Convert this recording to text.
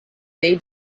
they